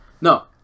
No